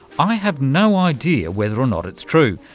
i have no idea whether or not it's true.